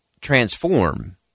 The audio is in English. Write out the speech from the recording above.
transform